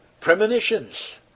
premonitions